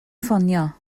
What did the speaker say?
ffonio